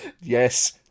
yes